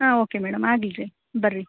ಹಾಂ okay madam ಆಗಲಿ ರೀ ಬರ್ರಿ